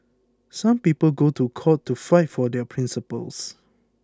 some people go to court to fight for their principles